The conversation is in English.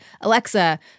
Alexa